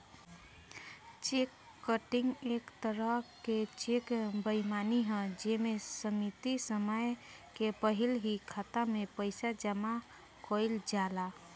check cutting एक तरह के चेक बेईमानी ह जे में सीमित समय के पहिल ही खाता में पइसा जामा कइल जाला